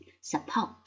support